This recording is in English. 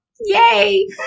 yay